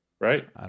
right